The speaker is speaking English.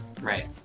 Right